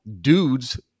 dudes